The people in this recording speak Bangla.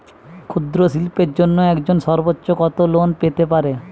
ক্ষুদ্রশিল্পের জন্য একজন সর্বোচ্চ কত লোন পেতে পারে?